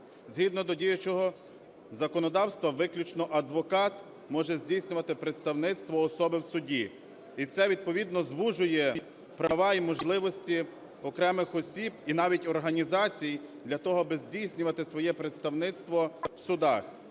Згідно до діючого законодавства виключно адвокат може здійснювати представництво особи в суді, і це, відповідно, звужує права і можливості окремих осіб і навіть організацій для того, аби здійснювати своє представництво в судах.